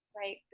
Right